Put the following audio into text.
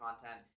content